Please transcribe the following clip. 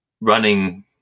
running